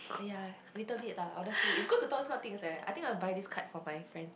!aiya! little bit lah honestly it's good to talk this kind of things eh I think I'll buy this card for my friend